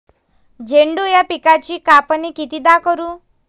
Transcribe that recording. झेंडू या पिकाची कापनी कितीदा करू?